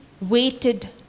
waited